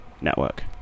network